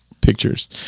pictures